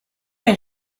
est